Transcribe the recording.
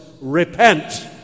repent